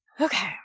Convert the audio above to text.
Okay